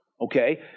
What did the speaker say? okay